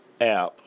app